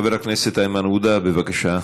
חברת הכנסת איימן עודה, בבקשה.